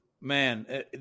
Man